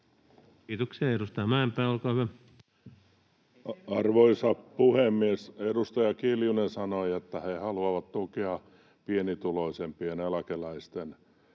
muuttamisesta Time: 17:19 Content: Arvoisa puhemies! Edustaja Kiljunen sanoi, että he haluavat tukea pienituloisimpien eläkeläisten